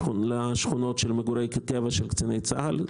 לשכונות של מגורי קבע של קציני צה"ל.